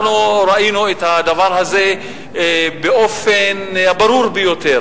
אנחנו ראינו את הדבר הזה באופן הברור ביותר